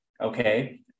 okay